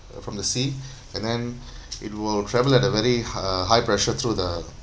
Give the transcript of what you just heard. uh from the sea and then it will travel at a very uh high pressure through the